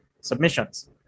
submissions